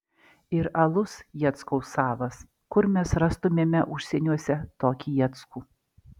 ir alus jackaus savas kur mes rastumėme užsieniuose tokį jackų